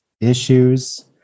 issues